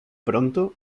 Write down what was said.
pronto